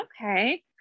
Okay